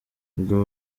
ubwo